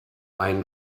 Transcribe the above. ein